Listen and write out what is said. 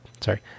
Sorry